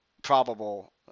probable